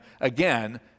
again